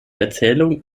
erzählung